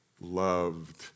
loved